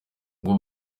ngo